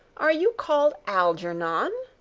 are you called algernon?